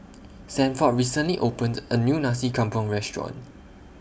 Sanford recently opened A New Nasi Campur Restaurant